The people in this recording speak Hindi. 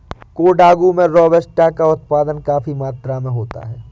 कोडागू में रोबस्टा का उत्पादन काफी मात्रा में होता है